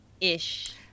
Ish